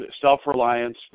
self-reliance